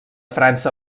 frança